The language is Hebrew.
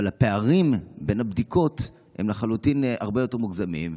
אבל הפערים בין הבדיקות הם לחלוטין הרבה יותר מדי מוגזמים.